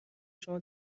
شما